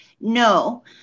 No